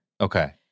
Okay